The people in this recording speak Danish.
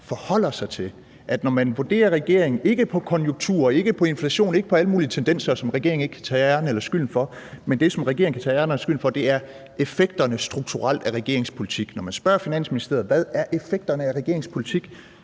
kommer frem til, når man vurderer regeringen, ikke på konjunkturer, ikke på inflation, ikke på alle mulige tendenser, som regeringen ikke kan tage æren eller skylden for, men på det, som regeringen kan tage æren og skylden for, nemlig effekterne rent strukturelt af regeringens politik. Når man spørger Finansministeriet, hvad effekten af regeringens politik